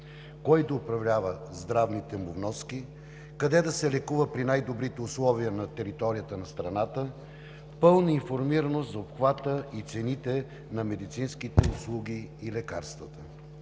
кой да управлява здравните му вноски; къде да се лекува при най-добрите условия на територията на страната; пълна информираност за обхвата и цените на медицинските услуги и лекарствата.